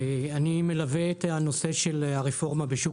אני מלווה את הנושא של הרפורמה בשוק